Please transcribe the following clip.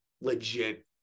legit